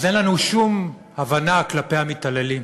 אז אין לנו שום הבנה כלפי המתעללים,